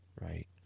right